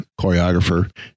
choreographer